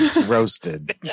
Roasted